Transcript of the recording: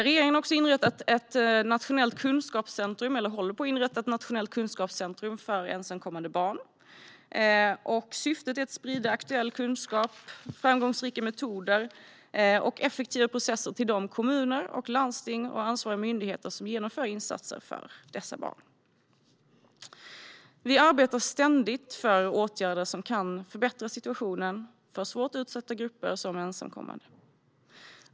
Regeringen har också beslutat att inrätta ett nationellt kunskapscentrum för ensamkommande barn. Syftet är att sprida aktuell kunskap, framgångsrika metoder och effektiva processer till de kommuner, landsting och ansvariga myndigheter som genomför insatser för dessa barn. Vi arbetar ständigt för åtgärder som kan förbättra situationen för svårt utsatta grupper, som ensamkommande.